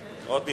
אדוני